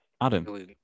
Adam